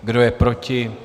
Kdo je proti?